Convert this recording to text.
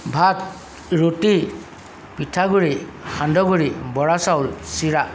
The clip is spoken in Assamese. ভাত ৰুটি পিঠা গুড়ি সান্দহ গুড়ি বৰা চাউল চিৰা